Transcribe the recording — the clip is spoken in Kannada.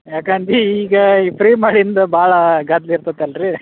ಯಾಕೆ ಅಂದೆ ಈಗ ಈ ಫ್ರೀ ಮಾಡಿಂದ ಭಾಳ ಗದ್ದಲ ಇರ್ತದೆ ಅಲ್ರಿ